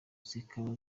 zikaba